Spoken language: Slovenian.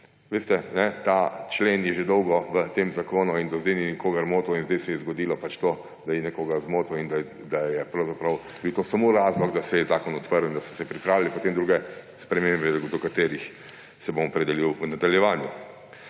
Veste, ta člen je že dolgo v tem zakonu in do sedaj ni nikogar motil. Sedaj pa se je zgodilo to, da je nekoga zmotil in da je pravzaprav bil samo to razlog, da se je zakon odprl in da so se pripravile potem druge spremembe, do katerih se bom opredelil v nadaljevanju.